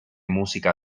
música